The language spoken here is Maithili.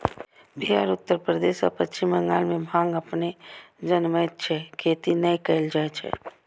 बिहार, उत्तर प्रदेश आ पश्चिम बंगाल मे भांग अपने जनमैत छै, खेती नै कैल जाए छै